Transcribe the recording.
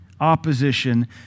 opposition